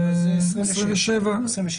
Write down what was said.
תיקון תקנה 4 במקום "ו' בחשוון התשפ"ב (12 באוקטובר